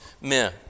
men